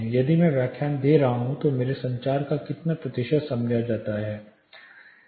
यदि मैं व्याख्यान दे रहा हूं तो मेरे संचार का कितना प्रतिशत समझा जाता है